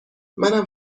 منم